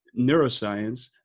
neuroscience